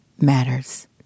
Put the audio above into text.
matters